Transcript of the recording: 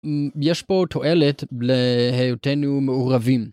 יש פה תועלת להיותינו מעורבים.